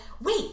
wait